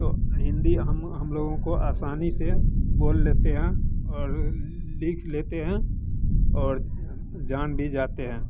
तो हिन्दी हम हम लोगों को असानी से बोल लेते हैं और लिख लेते हैं और जान भी जाते हैं